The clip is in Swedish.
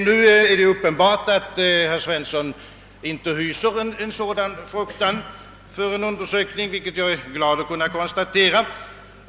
Nu är det uppenbart, att herr Svensson inte hyser någon fruktan för en sådan undersökning, vilket jag är glad över att kunna konstatera.